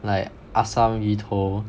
like assam 鱼头